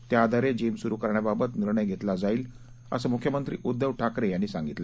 त्याआधारे जिम सुरु करण्याबाबत निर्णय घेतला जाईल असं मुख्यमंत्री उद्दव ठाकरे यांनी सांगितलं